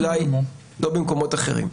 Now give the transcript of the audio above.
אולי לא במקומות אחרים.